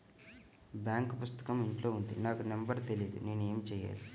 Bank పుస్తకం ఇంట్లో ఉంది నాకు నంబర్ తెలియదు నేను ఏమి చెయ్యాలి?